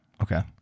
Okay